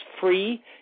free